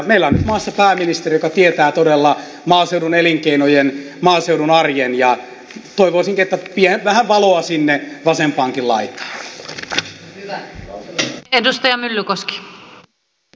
meillä on nyt maassa pääministeri joka tietää todella maaseudun elinkeinojen arjen maaseudun arjen ja toivoisinkin vähän valoa sinne vasempaankin laitaan